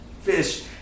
Fish